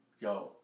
yo